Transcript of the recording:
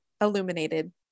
Illuminated